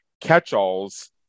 catch-alls